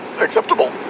acceptable